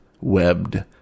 webbed